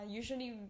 usually